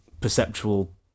perceptual